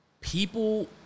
People